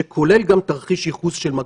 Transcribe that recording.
שכולל תרחיש ייחוס של מגפות.